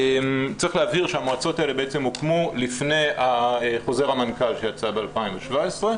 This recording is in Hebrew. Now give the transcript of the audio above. צריך להבהיר שהמועצות האלה בעצם הוקמו לפני חוזר המנכ"ל שיצא ב-2017.